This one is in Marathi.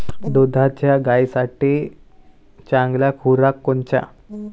दुधाच्या गायीसाठी चांगला खुराक कोनचा?